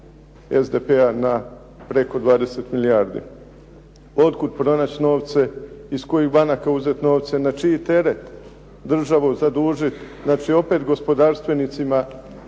SDP-a na preko 20 milijardi. Otkud pronaći novce, iz kojih banaka uzeti novce, na čiji teret državu zadužiti, znači opet gospodarstvenicima